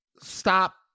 stop